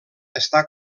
està